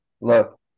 Look